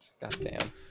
Goddamn